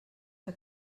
que